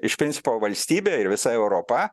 iš principo valstybė ir visa europa